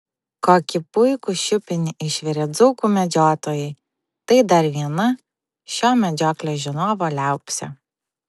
kokį puikų šiupinį išvirė dzūkų medžiotojai tai dar viena šio medžioklės žinovo liaupsė